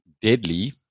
deadly